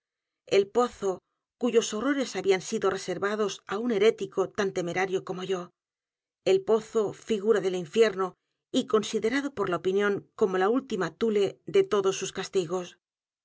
el pozo cuyos h o rrores habían sido reservados á un herético tan temerario como yo el pozo figura del infierno y considerado por la opinión como la última thule de todos sus castigos